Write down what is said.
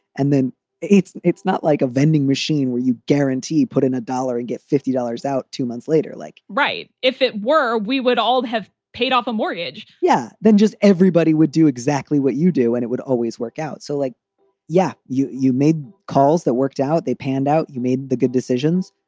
and then it's it's not like a vending machine where you guarantee put in a dollar and get fifty dollars out two months later, like right. if it were we would all have paid off a mortgage yeah. then just everybody would do exactly what you do and it would always work out. so like yeah. you you made calls that worked out, they panned out, you made the good decisions.